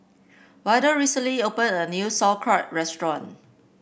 Waldo recently opened a new Sauerkraut restaurant